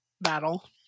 Battle